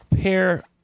pair